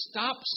Stop